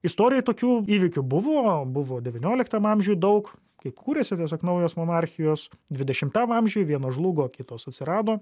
istorijoje tokių įvykių buvo buvo devynioliktam amžiuj daug kai kūrėsi tiesiog naujos monarchijos dvidešimtam amžiui vienos žlugo kitos atsirado